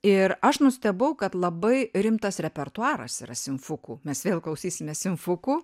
ir aš nustebau kad labai rimtas repertuaras yra simfukų mes vėl klausysimės simfukų